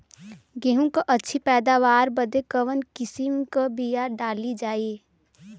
गेहूँ क अच्छी पैदावार बदे कवन किसीम क बिया डाली जाये?